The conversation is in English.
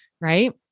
right